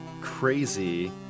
crazy